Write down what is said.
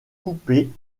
coupée